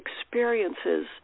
experiences